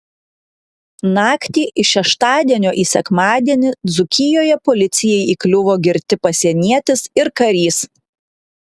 naktį iš šeštadienio į sekmadienį dzūkijoje policijai įkliuvo girti pasienietis ir karys